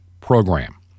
program